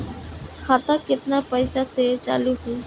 खाता केतना पैसा से चालु होई?